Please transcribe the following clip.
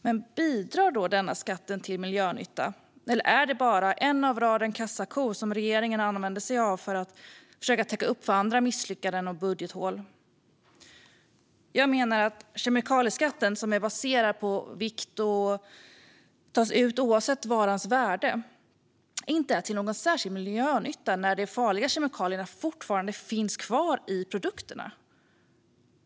Men bidrar då denna skatt till miljönytta, eller är det bara en i raden av kassakor som regeringen använder sig av för att försöka täcka upp för andra misslyckanden och budgethål? Jag menar att kemikalieskatten som är baserad på vikt och tas ut oavsett varans värde inte är till någon särskild miljönytta när de farliga kemikalierna fortfarande finns kvar i produkterna.